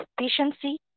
efficiency